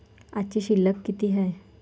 आजची शिल्लक किती हाय?